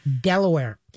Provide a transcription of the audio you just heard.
Delaware